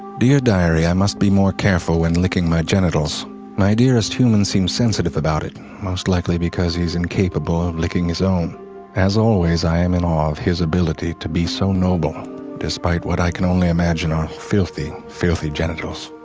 dear diary, i must be more careful when licking my genitals my dearest human seems sensitive about it, most likely because he is incapable of licking his own as always i am in awe of his ability to be so noble despite what i can imagine are filthy, filthy genitals.